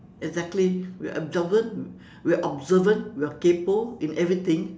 exactly we're observant we're observant we're kaypoh in everything